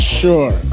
sure